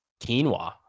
quinoa